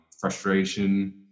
frustration